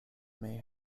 may